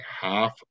half